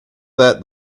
that